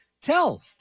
tell